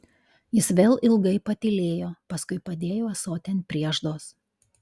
jis vėl ilgai patylėjo paskui padėjo ąsotį ant prieždos